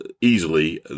easily